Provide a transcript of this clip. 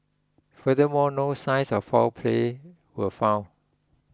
furthermore no signs of foul play were found